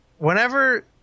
Whenever